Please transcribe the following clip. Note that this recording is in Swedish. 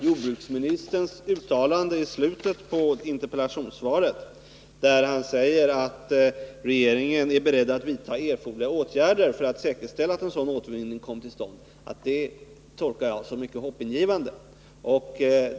Jordbruksministerns uttalande i slutet av interpellationssvaret, där han säger att regeringen är beredd att vidta erforderliga åtgärder för att säkerställa att en sådan återvinning kommer till stånd, tolkar jag därför som mycket hoppingivande.